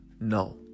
no